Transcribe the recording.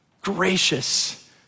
gracious